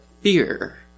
fear